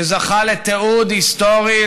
שזכה לתיעוד היסטורי,